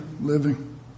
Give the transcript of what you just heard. living